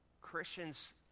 Christians